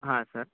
हां सर